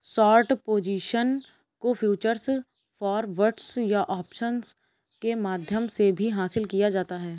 short position को futures, forwards या options के माध्यम से भी हासिल किया जाता है